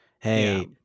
Hey